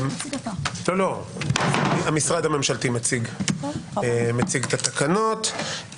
המשרד הממשלתי מציב את התקנות,